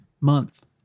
month